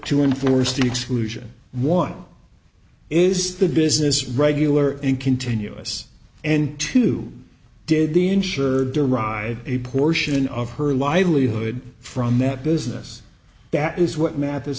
to enforce the exclusion one is the business regular in continuous and two did ensure derive a portion of her livelihood from that business that is what mat